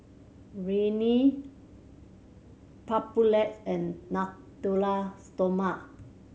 Rene Papulex and Natura Stoma